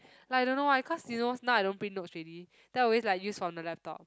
like I don't know why cause you know now I don't print notes already then always like use from the laptop